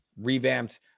revamped